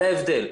זה ההבדל.